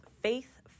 faith